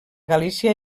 galícia